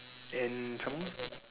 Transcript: and some more